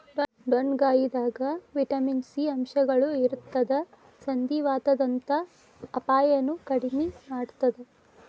ಡೊಣ್ಣಗಾಯಿದಾಗ vitamin C ಅಂಶಗಳು ಇರತ್ತದ ಸಂಧಿವಾತದಂತ ಅಪಾಯನು ಕಡಿಮಿ ಮಾಡತ್ತದ